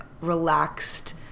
relaxed